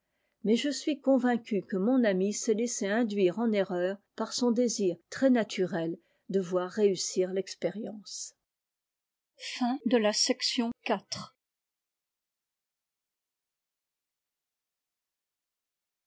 mais je suis co lincu que mon ami s'est laissé induire en erreur par son dé très naturel de voir réussir l'expérience